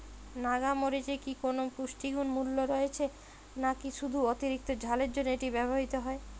নাগা মরিচে কি কোনো পুষ্টিগত মূল্য রয়েছে নাকি শুধু অতিরিক্ত ঝালের জন্য এটি ব্যবহৃত হয়?